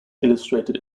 illustrated